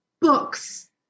Books